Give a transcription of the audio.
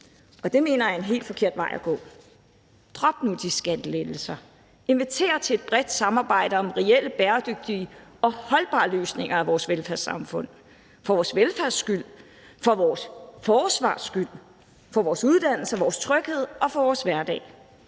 og det mener jeg er en helt forkert vej at gå. Drop nu de skattelettelser, inviter til et bredt samarbejde om reelle, bæredygtige og holdbare løsninger i vores velfærdssamfund for vores velfærds skyld, for vores forsvars skyld, for vores uddannelsers skyld, for vores trygheds skyld og for vores hverdags